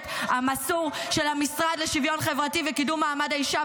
המסור של המשרד לשוויון חברתי וקידום מעמד האישה,